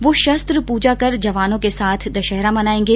वह शस्त्रय पूजा कर जवानों के साथ दशहरा मनाएंगे